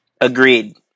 Agreed